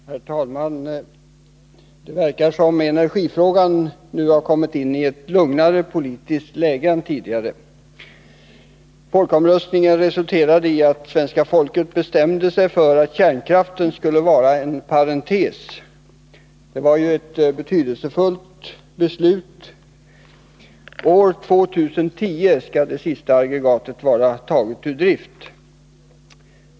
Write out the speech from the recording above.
Herr talman! Det verkar som om energifrågan nu har kommit in i ett lugnare politiskt läge än tidigare. Folkomröstningen resulterade i att svenska folket bestämde sig för att kärnkraften skall vara en parentes. Det var ett betydelsefullt beslut. År 2010 skall det sista aggregatet vara taget ur drift.